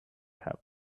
have